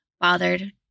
Bothered